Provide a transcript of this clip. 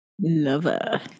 Lover